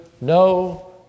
no